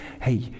hey